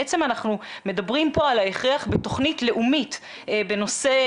בעצם אנחנו מדברים פה על ההכרח בתוכנית לאומית גם בנושא